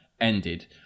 ended